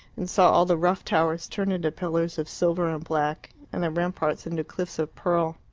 and saw all the rough towers turn into pillars of silver and black, and the ramparts into cliffs of pearl.